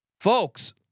folks